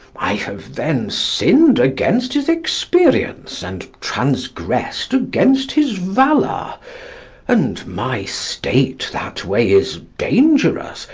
i have then sinn'd against his experience and transgress'd against his valour and my state that way is dangerous,